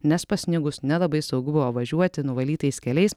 nes pasnigus nelabai saugu buvo važiuoti nuvalytais keliais